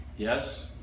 Yes